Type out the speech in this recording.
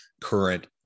current